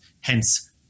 hence